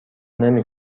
نمی